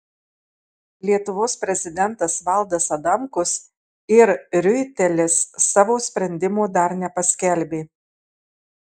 lietuvos prezidentas valdas adamkus ir riuitelis savo sprendimo dar nepaskelbė